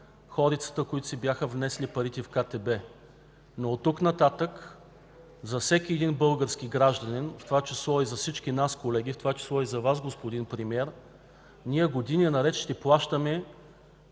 хорицата, които си бяха внесли парите в КТБ. Но от тук нататък всеки един български гражданин, в това число и всички ние, колеги, в това число и Вие, господин Премиер, години наред ще плащаме